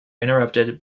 interrupted